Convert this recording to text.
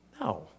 No